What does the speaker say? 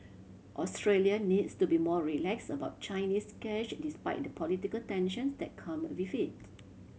Australia needs to be more relax about Chinese cash despite the political tensions that come with it